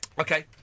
Okay